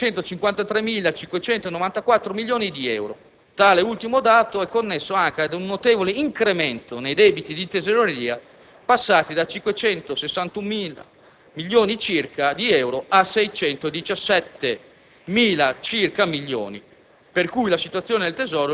1.953.594 milioni di euro. Tale ultimo dato è connesso anche ad un notevole incremento nei debiti di tesoreria, passati da 561.000 milioni circa di euro a 617.000 milioni